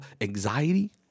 anxiety